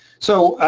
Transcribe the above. so,